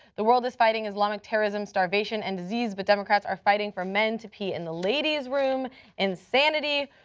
the world is fighting islamic terrorism, starvation, and disease but democrats are fighting for men to pee in the ladies room insanity.